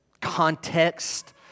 context